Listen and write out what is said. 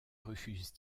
refuse